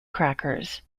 crackers